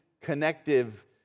connective